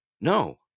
no